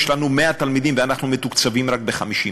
יש לנו 100 תלמידים ואנחנו מתוקצבים רק ב-50,